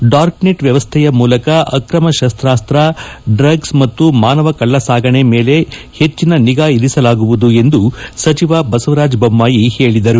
darknet ವ್ಯವಸ್ಥೆಯ ಮೂಲಕ ಅಕಮ ಶಸ್ತಾಸ್ತ ಡ್ರಗ್ ಮತ್ತು ಮಾನವ ಕಳ್ಳ ಸಾಗಣೆ ಮೇಲೆ ಹೆಚ್ಚಿನ ನಿಗಾ ಇರಿಸಲಾಗುವುದು ಎಂದು ಸಚಿವ ಬಸವರಾಜ ದೊಮ್ನಾಯಿ ಹೇಳಿದರು